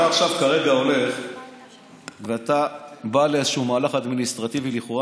אתה עכשיו כרגע הולך ואתה בא לאיזשהו מהלך אדמיניסטרטיבי לכאורה,